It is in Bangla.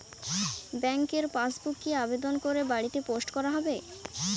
ব্যাংকের পাসবুক কি আবেদন করে বাড়িতে পোস্ট করা হবে?